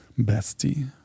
bestie